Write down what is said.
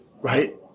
right